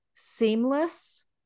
seamless